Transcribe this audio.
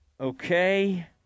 Okay